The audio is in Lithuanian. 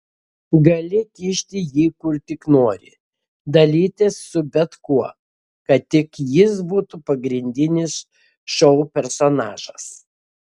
gali kišti jį kur tik nori dalytis su bet kuo kad tik jis būtų pagrindinis šou personažas